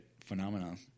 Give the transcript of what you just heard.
phenomenon